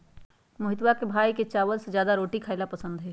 मोहितवा के भाई के चावल से ज्यादा रोटी खाई ला पसंद हई